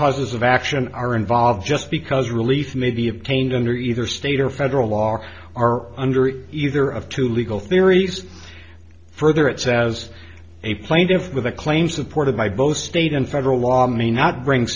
causes of action are involved just because relief may be obtained under either state or federal law are are under either of two legal theories further it says a plaintiff with a claim supported by both state and federal law may not bring